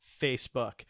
Facebook